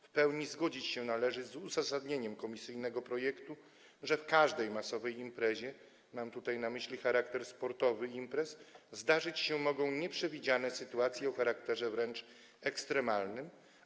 W pełni zgodzić się należy z uzasadnieniem komisyjnego projektu, że podczas każdej masowej imprezy, mam tutaj na myśli charakter sportowy imprez, zdarzyć się mogą nieprzewidziane sytuacje o charakterze wręcz ekstremalnym.